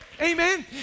amen